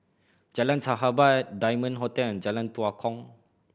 Jalan Sahabat Diamond Hotel and Jalan Tua Kong